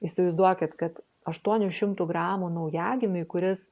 įsivaizduokit kad aštuonių šimtų gramų naujagimiui kuris